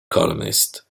columnists